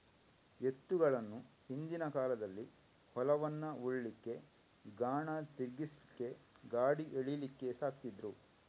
ಎತ್ತುಗಳನ್ನ ಹಿಂದಿನ ಕಾಲದಲ್ಲಿ ಹೊಲವನ್ನ ಉಳ್ಲಿಕ್ಕೆ, ಗಾಣ ತಿರ್ಗಿಸ್ಲಿಕ್ಕೆ, ಗಾಡಿ ಎಳೀಲಿಕ್ಕೆ ಸಾಕ್ತಿದ್ರು